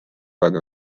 aga